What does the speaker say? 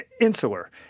insular